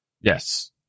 Yes